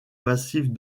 massive